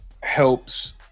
helps